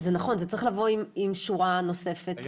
נכון זה צריך לבוא עם שורה נוספת -- היו